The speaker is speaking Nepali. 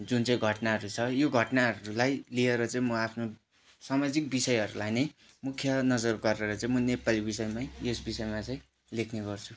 जुन चाहिँ घटनाहरू छ यो घटनाहरूलाई लिएर चाहिँ म आफ्नो सामाजिक विषयहरूलाई नै मुख्य नजर गरेर चाहिँ म नेपाली विषयमै यस विषयमा चाहिँ लेख्ने गर्छु